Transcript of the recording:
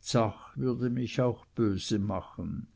dsach würde mich auch böse machen